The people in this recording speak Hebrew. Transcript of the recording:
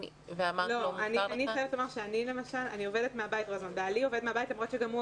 ודבר שלישי המדינה אומרת: זה אחריות שלכם,